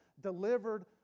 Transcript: delivered